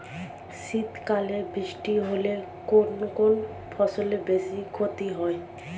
শীত কালে বৃষ্টি হলে কোন কোন ফসলের বেশি ক্ষতি হয়?